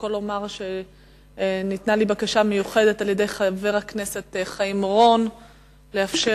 לפרוטוקול אומר שהוגשה לי בקשה מיוחדת על-ידי חבר הכנסת חיים אורון לאפשר